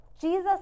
Jesus